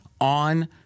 on